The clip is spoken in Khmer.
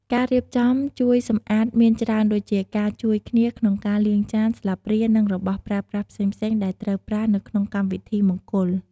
ការរៀបចំជួយសម្អាតមានច្រើនដូចជាការជួយគ្នាក្នុងការលាងចាន ស្លាបព្រានិងរបស់ប្រើប្រាស់ផ្សេងៗដែលត្រូវប្រើនៅក្នុងកម្មវិធីមង្គល។